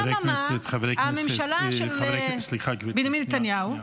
אממה, הממשלה של בנימין נתניהו